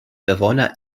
bewohner